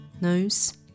nose